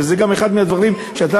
וזה גם אחד מהדברים שאתה,